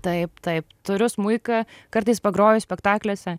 taip taip turiu smuiką kartais pagroju spektakliuose